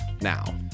now